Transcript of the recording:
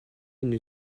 une